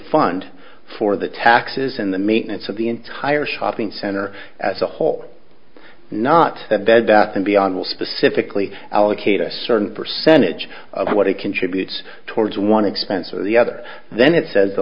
fund for the taxes and the maintenance of the entire shopping center as a whole not that bed bath and beyond will specifically allocate a certain percentage of what it contributes towards one expense or the other then it says the